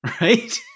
right